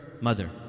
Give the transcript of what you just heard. mother